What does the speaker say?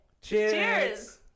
Cheers